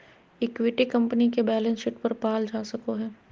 equity company के balance sheet पर पाल जा सको हइ